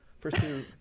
pursue